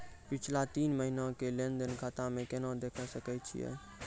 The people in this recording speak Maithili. पिछला तीन महिना के लेंन देंन खाता मे केना देखे सकय छियै?